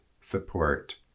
support